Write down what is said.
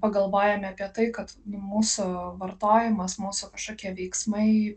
pagalvojame apie tai kad mūsų vartojimas mūsų kažkokie veiksmai